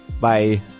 Bye